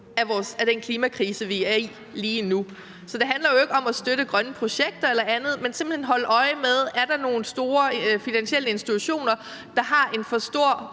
af den klimakrise, vi er i lige nu. Så det handler jo ikke om at støtte grønne projekter eller andet, men simpelt hen om at holde øje med, om der er nogen store finansielle institutioner, der har en for stor